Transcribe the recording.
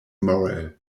morale